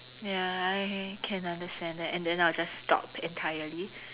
ya I can understand that and then I'll just stop entirely